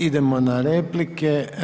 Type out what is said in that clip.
Idemo na replike.